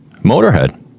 Motorhead